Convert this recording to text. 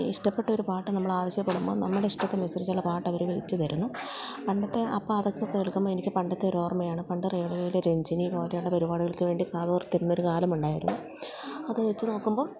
ഇഷ്ടപ്പെട്ടൊരു പാട്ട് നമ്മളാവശ്യപ്പെടുമ്പോൾ നമ്മുടെ ഇഷ്ടത്തിനനുസരിച്ചുള്ള പാട്ടവര് വെച്ചുതരുന്നു പണ്ടത്തെ ആ പാട്ടൊക്കെ കേൾക്കുമ്പോള് എനിക്ക് പണ്ടത്തെ ഒരോർമ്മയാണ് പണ്ട് റേഡിയോയില് രഞ്ജിനി പോലെയുള്ള പരിപാടികൾക്ക് വേണ്ടി കാതോർത്തിരുന്നൊരു കാലമുണ്ടായിരുന്നു അതുവെച്ച് നോക്കുമ്പോള്